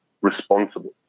responsible